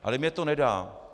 Ale mně to nedá.